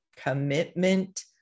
commitment